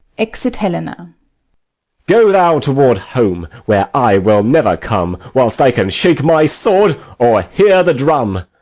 exit helena go thou toward home, where i will never come whilst i can shake my sword or hear the drum.